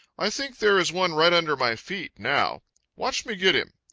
i think there is one right under my feet now watch me get him.